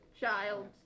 child